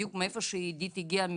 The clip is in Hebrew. בדיוק מהאזור שאידית הגיעה.